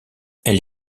elle